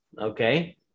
Okay